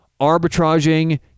arbitraging